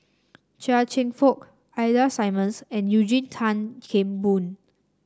Chia Cheong Fook Ida Simmons and Eugene Tan Kheng Boon